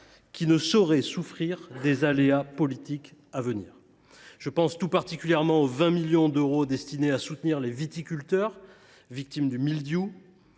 qui ne sauraient souffrir des aléas politiques à venir. Je pense tout particulièrement aux 20 millions d’euros destinés à soutenir les viticulteurs victimes du mildiou,